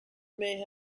may